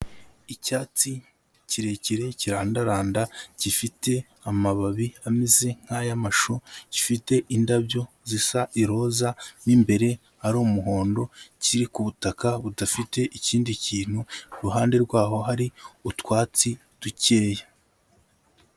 Icyatsi kirekire kirandaranda gifite amababi ameze nk'ay'amashu, gifite indabyo zisa iroza mo imbere ari umuhondo, kiri ku butaka budafite ikindi kintu iruhande rwaho hari utwatsi dukeya.